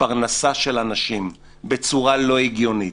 פרנסה של אנשים בצורה לא הגיונית,